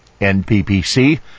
NPPC